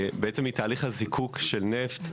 מתהליך הזיקוק של נפט,